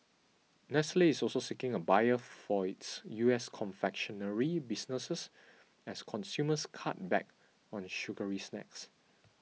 Nestle is also seeking a buyer for its U S confectionery businesses as consumers cut back on sugary snacks